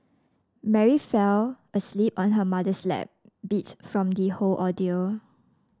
Mary fell asleep on her mother's lap beat from the whole ordeal